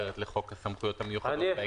אחרת לחוק הסמכויות המיוחדות בהקשר הזה.